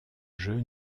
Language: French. jeu